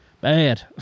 bad